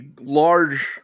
large